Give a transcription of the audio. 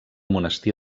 monestir